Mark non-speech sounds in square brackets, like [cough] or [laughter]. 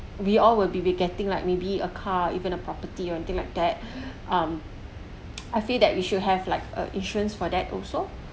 we all will be be getting like maybe a car even a property or thing like that [breath] um [noise] I feel that we should have like a insurance for that also